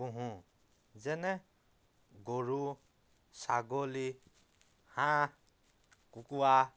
পোহোঁ যেনে গৰু ছাগলী হাঁহ কুকুৰা